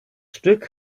stück